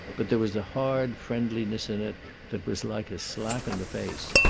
but there was a hard friendliness in it that was like a slap in the face.